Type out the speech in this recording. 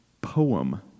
poem